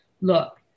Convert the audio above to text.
Look